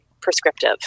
prescriptive